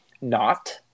not-